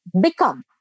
become